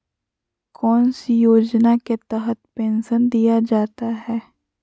कौन सी योजना के तहत पेंसन दिया जाता है?